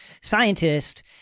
scientist